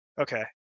Okay